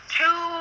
two